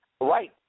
right